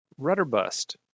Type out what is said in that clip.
Rudderbust